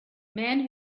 man